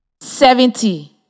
seventy